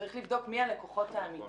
צריך לבדוק מי הלקוחות האמיתיים.